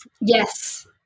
Yes